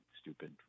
stupid